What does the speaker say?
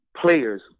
players